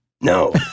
No